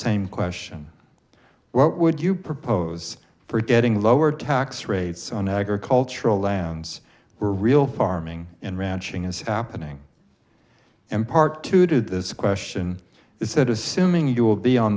same question what would you propose for getting lower tax rates on agricultural lands were real farming and ranching is happening and part two to this question is that assuming you will be on